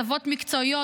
הסבות מקצועיות,